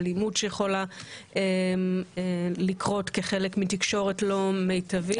אלימות שיכולה לקרות כחלק מתקשורת לא מיטבית.